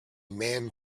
man